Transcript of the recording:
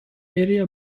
area